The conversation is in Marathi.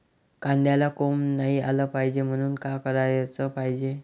कांद्याला कोंब नाई आलं पायजे म्हनून का कराच पायजे?